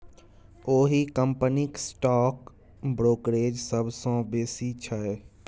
ओहि कंपनीक stock brokerage सबसँ बेसी छै